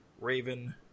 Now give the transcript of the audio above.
Raven